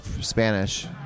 Spanish